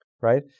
right